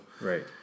Right